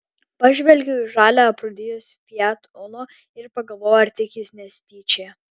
pažvelgiau į žalią aprūdijusį fiat uno ir pagalvojau ar tik jis nesityčioja